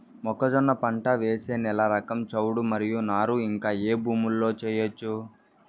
మొక్కజొన్న పంట వేసే నేల రకం చౌడు మరియు నారు ఇంకా ఏ భూముల్లో చేయొచ్చు?